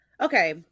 okay